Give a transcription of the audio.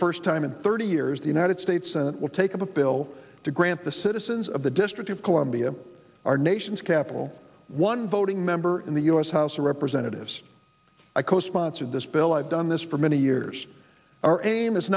first time in thirty years the united states senate will take up a bill to grant the citizens of the district of columbia our nation's capital one voting member in the u s house of representatives i co sponsored this bill i've done this for many years our aim